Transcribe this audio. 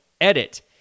Edit